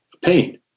pain